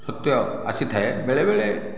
ସତ୍ୟ ଆସିଥାଏ ବେଳେବେଳେ